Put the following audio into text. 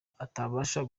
atabasha